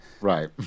Right